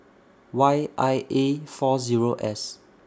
Y I A four Zero S